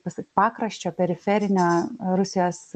pasi pakraščio periferinio rusijos